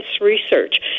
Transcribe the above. research